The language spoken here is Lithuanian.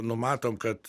numatom kad